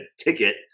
ticket